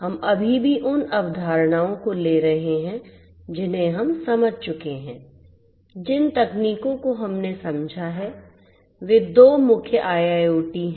हम अभी भी उन अवधारणाओं को ले रहे हैं जिन्हें हम समझ चुके हैं जिन तकनीकों को हमने समझा है वे दो मुख्य IIoT हैं